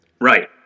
right